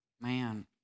Man